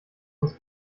uns